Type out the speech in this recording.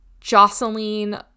jocelyn